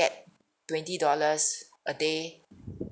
twenty dollars a day